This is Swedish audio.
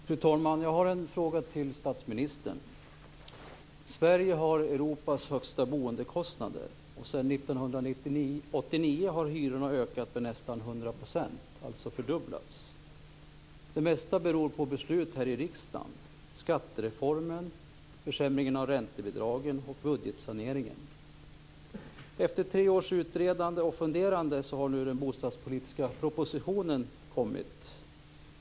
Fru talman! Jag har en fråga till statsministern. Sverige har Europas högsta boendekostnader. Sedan 1989 har hyrorna ökat med nästan 100 %, dvs. de har fördubblats. Det mesta beror på beslut här i riksdagen: skattereformen, försämringen av räntebidragen och budgetsaneringen. Efter tre års utredande och funderande har nu den bostadspolitiska propositionen kommit.